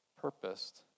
purposed